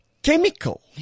Chemical